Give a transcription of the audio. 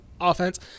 offense